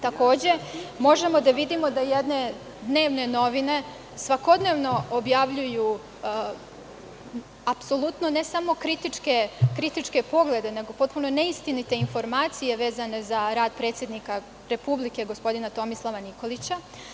Takođe, možemo da vidimo da jedne dnevne novine svakodnevno objavljuju apsolutno, ne samo kritičke poglede, nego potpuno neistinite informacije vezane za rad predsednika Republike, gospodina Tomislava Nikolića.